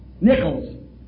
nickels